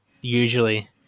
usually